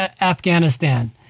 Afghanistan